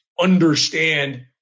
understand